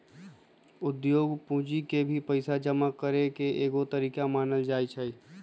उद्योग पूंजी के भी पैसा जमा करे के एगो तरीका मानल जाई छई